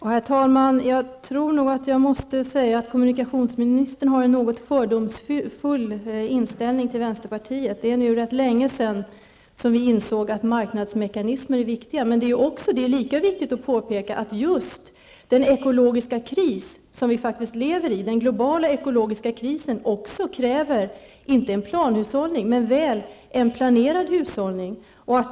Herr talman! Kommunikationsministern har en något fördomsfull inställning till vänsterpartiet. Det är nu rätt länge sedan vi insåg att marknadsmekanismer är viktiga. Men det är lika viktigt att påpeka att den globala, ekologiska kris som vi faktiskt lever i kräver -- inte planhushållning men väl en planerad hushållning.